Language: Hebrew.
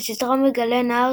בסדרה מגלה נער